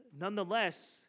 nonetheless